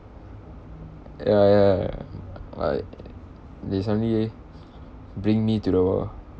ya ya like recently eh bring me to the